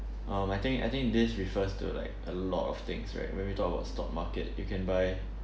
um I think I think this refers to like a lot of things right when we talk about stock market you can buy